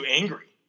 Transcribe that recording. angry